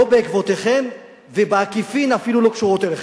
לא בעקבותיכם, ובעקיפין אפילו לא קשורות אליכם,